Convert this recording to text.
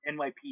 NYPD